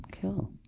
cool